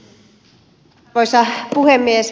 arvoisa puhemies